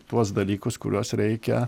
tuos dalykus kuriuos reikia